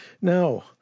Now